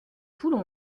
poules